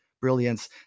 brilliance